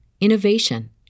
innovation